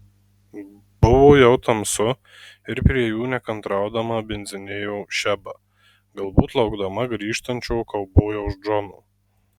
buvo jau tamsu ir prie jų nekantraudama bindzinėjo šeba galbūt laukdama grįžtančio kaubojaus džono